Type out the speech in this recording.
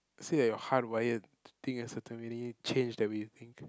say that you're hard wired to think a certain way then you change the way you think